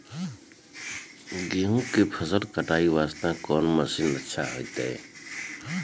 गेहूँ के फसल कटाई वास्ते कोंन मसीन अच्छा होइतै?